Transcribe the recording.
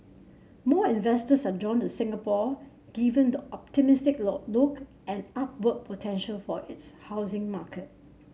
more investors are drawn to Singapore given the optimistic look and upward potential for its housing market